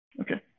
Okay